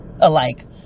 alike